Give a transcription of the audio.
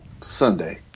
Sunday